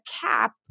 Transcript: cap